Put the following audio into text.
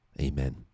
Amen